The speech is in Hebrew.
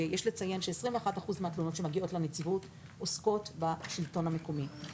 יש לציין ש-21% מהתלונות שמגיעות לנציבות עוסקות בשלטון המקומי.